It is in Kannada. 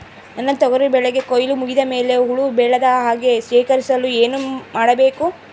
ನನ್ನ ತೊಗರಿ ಬೆಳೆಗೆ ಕೊಯ್ಲು ಮುಗಿದ ಮೇಲೆ ಹುಳು ಬೇಳದ ಹಾಗೆ ಶೇಖರಿಸಲು ಏನು ಮಾಡಬೇಕು?